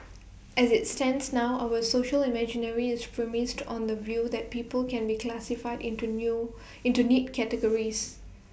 as IT stands now our social imaginary is premised on the view that people can be classified into new into neat categories